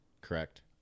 correct